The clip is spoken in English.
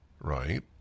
Right